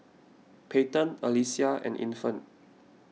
Peyton Alesia and Infant